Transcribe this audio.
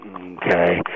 Okay